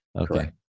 okay